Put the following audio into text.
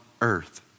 earth